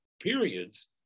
periods